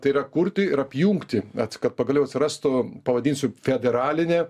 tai yra kurti ir apjungti at kad pagaliau atsirastų pavadinsiu federalinė